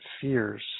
fears